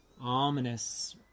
ominous